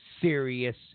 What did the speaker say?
serious